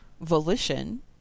volition